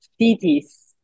cities